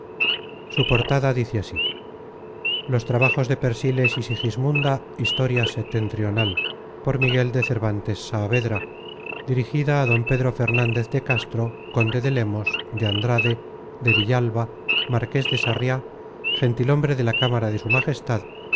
su portada dice así los trabaios de persiles y sigismunda histo dirigido a don pedro fernandez de castro conde de lemos de andrade de villalua marques de sarria gentilhombre de la camara de su